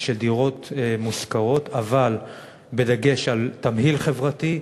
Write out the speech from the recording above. של דירות מושכרות אבל בדגש על תמהיל חברתי,